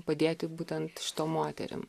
padėti būtent šitom moterim